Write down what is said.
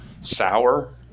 sour